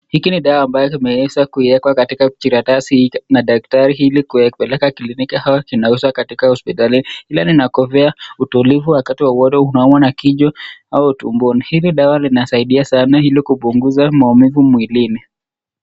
Dawa ambacho kimeweza kuiwekwa katika kijikaratasi hicho na daktari ili kupeleka kliniki au kinauzwa katika hospitali. Inakupea utulivu wakati wowote unaumwa na kichwa au tumboni. Linasaidia sana ili kupunguza maumivu mwilini.